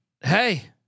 hey